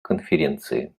конференции